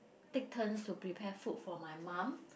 take turns to prepare food for my mum